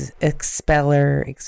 expeller